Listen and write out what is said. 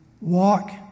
walk